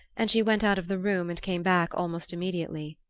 and she went out of the room, and came back almost immediately.